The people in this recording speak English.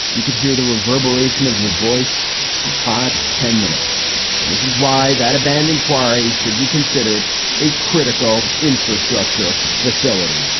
you could hear the reverberation of your voice for five to ten minutes. and this is why that abandoned quarry should be considered a critical infrastructure facility.